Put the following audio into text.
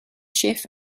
schiff